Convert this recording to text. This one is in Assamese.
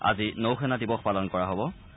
আজি নৌসেনা দিৱস পালন কৰা হ'ব